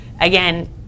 Again